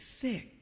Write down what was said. thick